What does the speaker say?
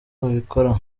babikora